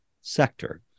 sector